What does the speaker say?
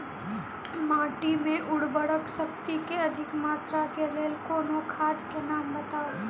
माटि मे उर्वरक शक्ति केँ अधिक मात्रा केँ लेल कोनो खाद केँ नाम बताऊ?